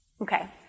Okay